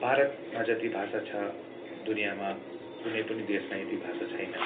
भारतमा जति भाषा छ दुनियामा कुनै पनि देशमा यति भाषा छैन